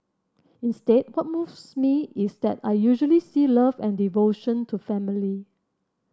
instead what moves me is that I usually see love and devotion to family